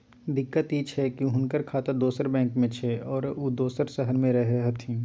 दिक्कत इ छै की हुनकर खाता दोसर बैंक में छै, आरो उ दोसर शहर में रहें छथिन